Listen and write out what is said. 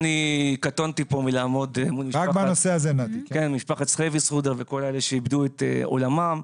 קטונתי מלעמוד מול משפחת סחיווסחורדר ומול כל אלה שאיבדו את עולמם.